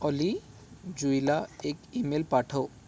ऑली जुईला एक ईमेल पाठव